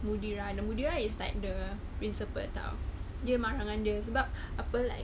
mudirah and the mudirah is like the principal [tau] dia marah dengan dia sebab apa like